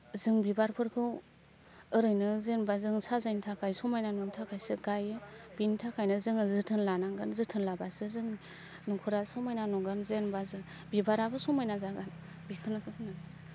जों बिबारफोरखौ ओरैनो जेनेबा जों साजायनो थाखाय समायना नुनो थाखायसो गायो बिनि थाखायनो जोङो जोथोन लानांगोन जोथोन लाबासो जों न'खरा समायना नुगोन जेनेबा बिबाराबो समायना जागोन बिखौनो बुंनानै